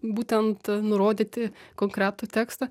būtent nurodyti konkretų tekstą